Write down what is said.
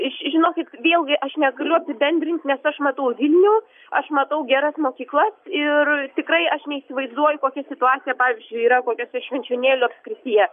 žinokit vėlgi aš negaliu apibendrinti nes aš matau vilnių aš matau geras mokyklas ir tikrai aš neįsivaizduoju kokia situacija pavyzdžiui yra kokiose švenčionėlių apskrityje